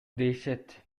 дешет